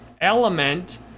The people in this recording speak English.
element